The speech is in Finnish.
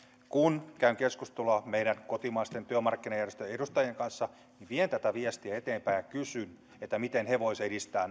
kun käyn keskustelua meidän kotimaisten työmarkkinajärjestöjen edustajien kanssa niin vien tätä viestiä eteenpäin ja kysyn miten he voisivat edistää